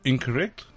Incorrect